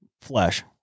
flesh